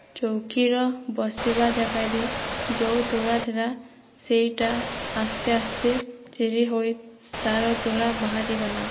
ଚୌକିର ବସିବା ଜାଗାରେ ମୋତେ ତୁଳା ଥିଲା ସେହିଟା ଆସ୍ତେ ଆସ୍ତେ ଚିରି ହୋଇ ତା'ର ତୁଳା ବାହାରି ଗଲା